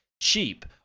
cheap